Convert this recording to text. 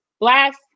last